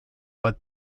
but